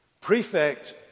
Prefect